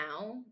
now